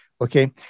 Okay